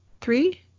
three